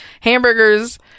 hamburgers